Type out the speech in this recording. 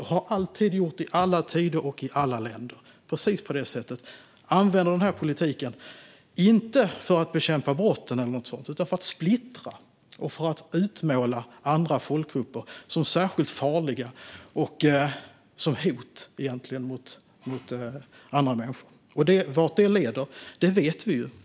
Det har de alltid gjort, i alla tider och i alla länder. Precis på det sättet använder de politiken inte för att bekämpa brott eller något sådant utan för att splittra och för att utmåla andra folkgrupper som särskilt farliga och som hot mot andra människor. Vart det leder vet vi ju.